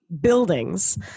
buildings